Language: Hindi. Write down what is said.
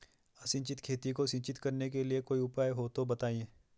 असिंचित खेती को सिंचित करने के लिए कोई उपाय हो तो बताएं?